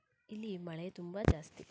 ಇಲ್ಲಿ ಮಳೆ ತುಂಬ ಜಾಸ್ತಿ